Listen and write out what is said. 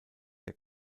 der